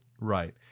right